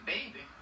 Baby